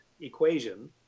equation